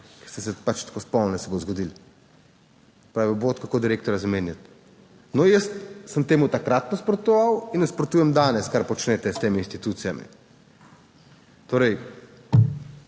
ste se pač tako spomnili, se bo zgodilo. Se pravi obvod, kako direktorja zamenjati. No, jaz sem temu takrat nasprotoval in nasprotujem danes, kar počnete s temi institucijami. Torej,